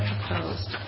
Opposed